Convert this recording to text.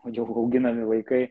jau auginami vaikai